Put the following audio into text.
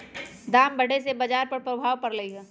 दाम बढ़े से बाजार पर प्रभाव परलई ह